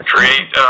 Create